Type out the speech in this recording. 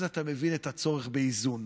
אז אתה מבין את הצורך באיזון,